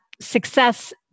Success